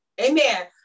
amen